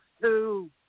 two